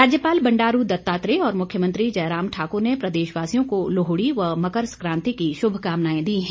राज्यपाल बंडारू दत्तात्रेय और मुख्यमंत्री जयराम ठाकुर ने प्रदेशवासियों को लोहड़ी व मकर सक्रांति की शुभकामनाएं दी हैं